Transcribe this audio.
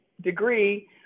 degree